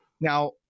now